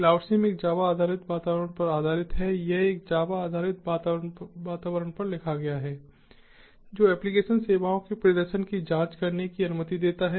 CloudSim एक Java आधारित वातावरण पर आधारित है यह एक जावा आधारित वातावरण पर लिखा गया है जो एप्लिकेशन सेवाओं के प्रदर्शन की जांच करने की अनुमति देता है